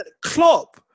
Klopp